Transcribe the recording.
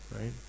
right